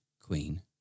queen